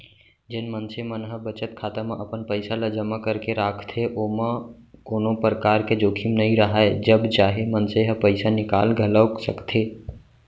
जेन मनसे मन ह बचत खाता म अपन पइसा ल जमा करके राखथे ओमा कोनो परकार के जोखिम नइ राहय जब चाहे मनसे ह पइसा निकाल घलौक सकथे